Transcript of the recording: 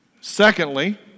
Secondly